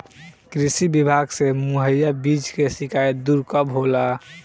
कृषि विभाग से मुहैया बीज के शिकायत दुर कब होला?